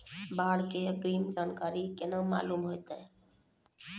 बाढ़ के अग्रिम जानकारी केना मालूम होइतै?